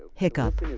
hiccup.